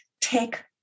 Take